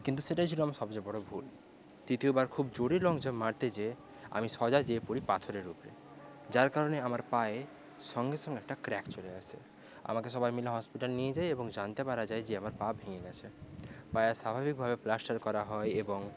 কিন্তু সেটা ছিলো আমার সবচেয়ে বড়ো ভুল তৃতীয়বার খুব জোরে লং জাম্প মারতে যেয়ে আমি সোজা যেয়ে পরি পাথরের উপরে যার কারণে আমার পায়ে সঙ্গে সঙ্গে একটা ক্র্যাক চলে আসে আমাকে সবাই মিলে হসপিটাল নিয়ে যায় এবং জানতে পারা যায় যে আমার পা ভেঙ্গে গেছে পায়ে স্বাভাবিকভাবে প্লাস্টার করা হয় এবং